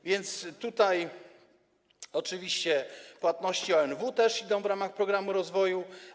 A więc tutaj oczywiście płatności ONW też idą w ramach programu rozwoju.